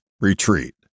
retreat